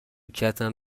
کتم